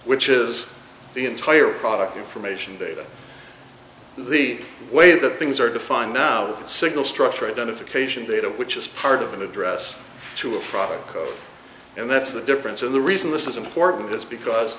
which is the entire product information data the way that things are defined now signal structure identification data which is part of an address to a product and that's the difference and the reason this is important is because